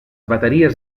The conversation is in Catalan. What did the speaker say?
bateries